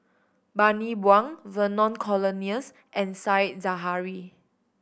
Bani Buang Vernon Cornelius and Said Zahari